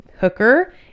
hooker